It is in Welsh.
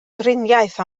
driniaeth